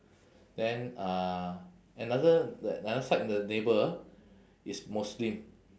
then uh another that another side the neighbour is muslim